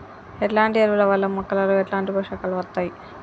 ఎట్లాంటి ఎరువుల వల్ల మొక్కలలో ఎట్లాంటి పోషకాలు వత్తయ్?